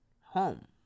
home